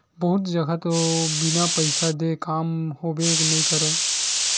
बहुत जघा तो बिन पइसा देय काम होबे नइ करय